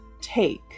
take